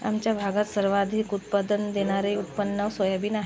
आमच्या भागात सर्वाधिक उत्पादन देणारे उत्पन्न सोयाबीन आ